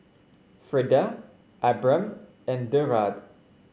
Freida Abram and Derald